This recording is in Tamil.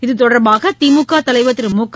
இதுதொடர்பாக திமுக தலைவர் திரு முக